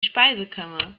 speisekammer